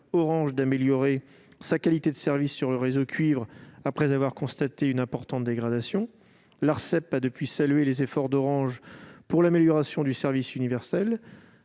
d'améliorer sa qualité de service sur le réseau cuivre, après avoir constaté une importante dégradation. L'Arcep a, depuis lors, salué les efforts d'Orange pour l'amélioration du service universel.